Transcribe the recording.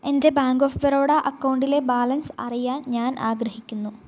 എൻ്റെ bank of Baroda അക്കൗണ്ടിലെ balance അറിയാൻ ഞാൻ ആഗ്രഹിക്കുന്നു